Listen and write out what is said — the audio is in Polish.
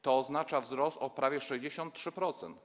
To oznacza wzrost o prawie 63%.